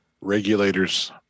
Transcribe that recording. Regulators